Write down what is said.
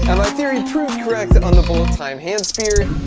and like theory proved correct on the whole time ham spirit